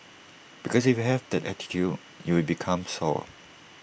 because if you have that attitude you will become sour